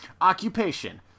Occupation